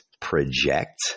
project